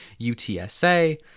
UTSA